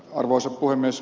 arvoisa puhemies